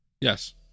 Yes